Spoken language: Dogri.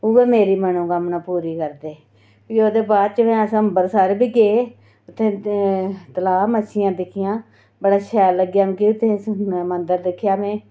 उ'ऐ मेरी मनोकामना पूरी करदे भी ओह्दे बाद च अस अंबरसर बी गे ते उत्थै तलाऽ मच्छियां दिक्खियां बड़ा शैल लग्गेआ उत्थै सुन्ने दा मंदर दिक्खेआ में